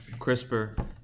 CRISPR